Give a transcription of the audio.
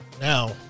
Now